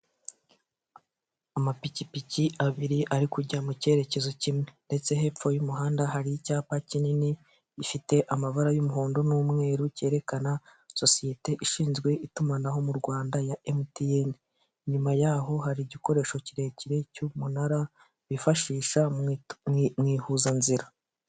Amapikipiki abiri ari kujya mu cyerekezo kimwe ndetse hepfo y'umuhanda hari icyapa kinini gifite amabara y'umuhondo n'umweru cyerekana sosiyete ishinzwe itumanaho mu Rwanda ya emutiyeni inyuma y'aho hari igikoresho kirekire cy'umunara bifashisha mu ihuzanzira.